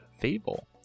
Fable